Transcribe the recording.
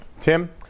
Tim